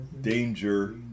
danger